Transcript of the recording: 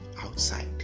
outside